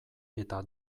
eta